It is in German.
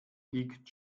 liegt